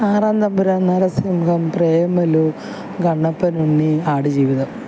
ആറാം തമ്പുരാന് നരസിംഹം പ്രേമലു കണ്ണപ്പനുണ്ണി ആടുജീവിതം